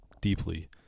deeply